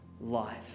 life